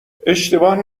اشتباه